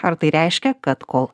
ar tai reiškia kad kol